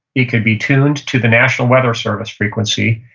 it could be tuned to the national weather service frequency,